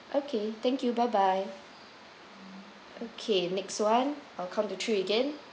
okay thank you bye bye okay next [one] I will count to three again